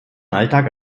alltag